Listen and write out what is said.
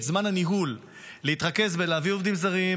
את זמן הניהול להתרכז ולהביא עובדים זרים,